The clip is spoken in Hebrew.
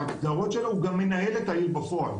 בהגדרות שלו הוא גם מנהל את העיר בפועל.